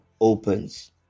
opens